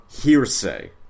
hearsay